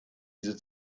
diese